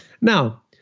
Now